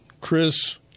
Chris